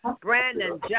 Brandon